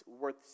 worth